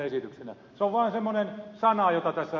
se on vaan semmoinen sana jota tässä